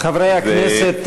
חברי הכנסת